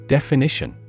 Definition